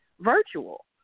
virtual